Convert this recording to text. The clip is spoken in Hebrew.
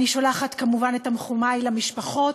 אני שולחת, כמובן, את תנחומי למשפחות,